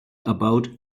about